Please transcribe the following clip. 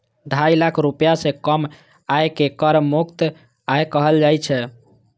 ढाई लाख रुपैया सं कम आय कें कर मुक्त आय कहल जाइ छै